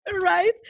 Right